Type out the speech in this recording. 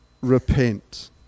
repent